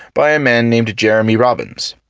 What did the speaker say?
by a man named jeremy robbins.